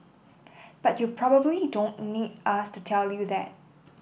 but you probably don't need us to tell you that